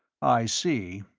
i see.